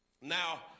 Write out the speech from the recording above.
Now